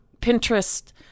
Pinterest